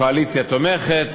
הקואליציה תומכת